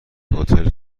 هتل